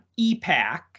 EPAC